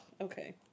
Okay